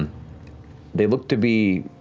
they look to be